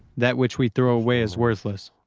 that which we throw away as worthless.